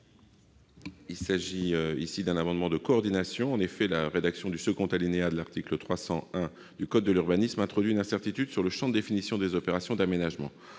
Il s'agit d'un amendement de coordination. La rédaction du second alinéa de l'article L. 300-1 du code de l'urbanisme introduit une incertitude sur le champ de définition des opérations d'aménagement.